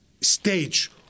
stage